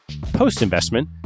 Post-investment